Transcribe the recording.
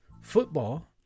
football